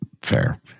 fair